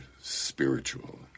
spiritual